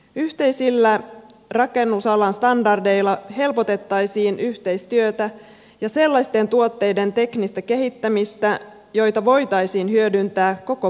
yhteisillä rakennusalan standardeilla helpotettaisiin yhteistyötä ja sellaisten tuotteiden teknistä kehittämistä joita voitaisiin hyödyntää koko pohjolassa